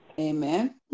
Amen